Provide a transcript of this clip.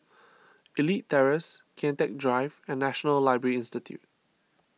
Elite Terrace Kian Teck Drive and National Library Institute